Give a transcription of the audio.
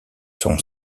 son